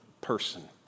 person